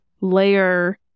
layer